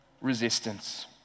resistance